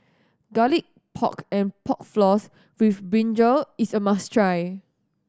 Garlic Pork and Pork Floss with brinjal is a must try